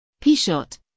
P-Shot